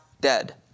dead